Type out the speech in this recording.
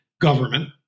government